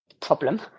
problem